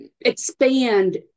expand